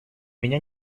меня